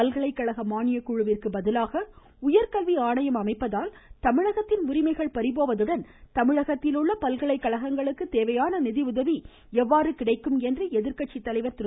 பல்கலைக்கழக மானியக்குழுவிற்கு பதிலாக உயர்கல்வி அமைப்பதால் தமிழகத்தின் உரிமை பறிபோவதுடன் தமிழகத்தில் உள்ள பல்கலைக்கழங்களுக்கு தேவையான நிதியுதவி எப்படி கிடைக்கும் என்று எதிர்க்கட்சி தலைவர் திரு